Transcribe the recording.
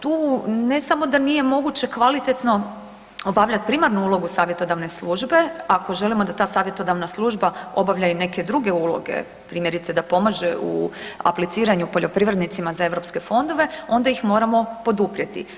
Tu ne samo da nije moguće kvalitetno obavljat primarnu ulogu savjetodavne službe, ako želimo da ta savjetodavna služba obavlja i neke druge uloge, primjerice da pomaže u apliciranju poljoprivrednicima za europske fondove onda ih moramo poduprijeti.